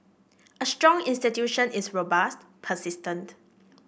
a strong institution is robust persistent